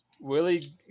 Willie